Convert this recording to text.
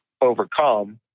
overcome